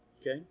Okay